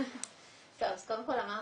אז קודם כל אמרתי,